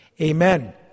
Amen